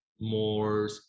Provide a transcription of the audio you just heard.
more